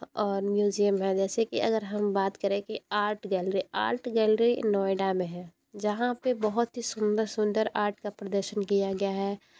और म्यूजियम है वैसे की अगर हम बात करें कि art gallery art gallery Noida में है जहाँ पे बहुत ही सुंदर सुंदर आर्ट का प्रदर्शन किया गया है